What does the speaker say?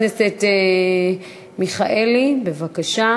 כנסת בעד הצעת החוק, אפס מתנגדים.